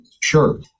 Sure